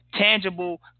tangible